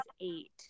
eight